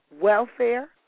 welfare